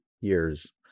years